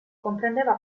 comprendeva